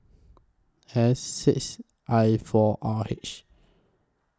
S six I four R H